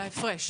על ההפרש.